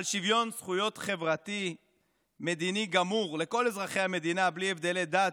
על שוויון זכויות חברתי-מדיני גמור לכל אזרחי המדינה בלי הבדלי דת,